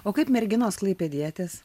o kaip merginos klaipėdietės